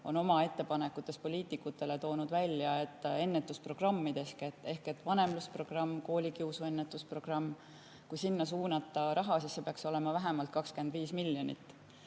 oma ettepanekutes poliitikutele toonud välja, et kui ennetusprogrammideks – vanemlusprogramm, koolikiusu ennetuse programm – suunata raha, siis see peaks olema vähemalt 25 miljonit. Nii